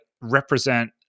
represent